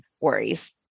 worries